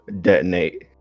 Detonate